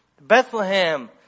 Bethlehem